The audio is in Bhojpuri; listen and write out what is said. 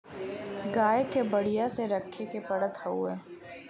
गाय के बढ़िया से रखे के पड़त हउवे